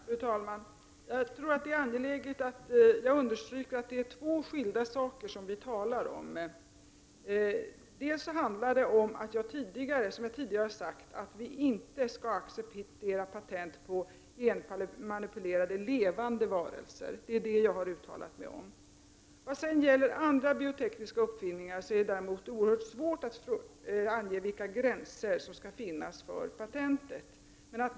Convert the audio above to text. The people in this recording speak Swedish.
Fru talman! Jag tror att det är angeläget att jag understryker att vi talar om två skilda saker i denna debatt. För det första, som jag sade tidigare, skall vi inte acceptera patent på genmanipulerade levande varelser. Detta har jag uttalat mig om. Det är däremot oerhört svårt att ange vilka gränser som skall gälla för patent på andra biotekniska uppfinningar.